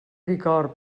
bicorb